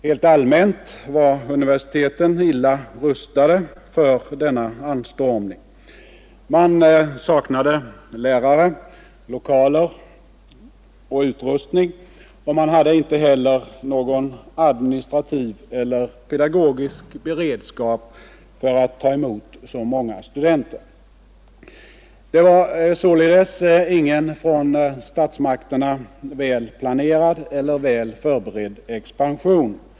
Helt allmänt var universiteten illa rustade för denna anstormning. Man saknade lärare, lokaler och utrustning. Man hade inte heller någon administrativ eller pedagogisk beredskap för att ta emot så många studenter. Det var således ingen av statsmakterna väl planerad eller väl förberedd expansion.